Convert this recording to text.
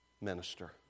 Minister